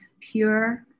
pure